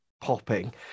Popping